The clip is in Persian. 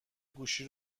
گوشی